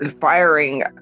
firing